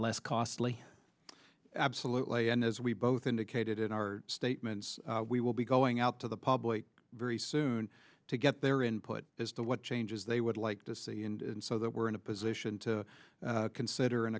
less costly absolutely and as we both indicated in our statements we will be going out to the public very soon to get their input as to what changes they would like to see so that we're in a position to consider an